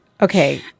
Okay